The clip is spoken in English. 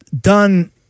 done